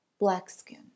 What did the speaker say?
BLACKSKIN